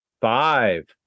Five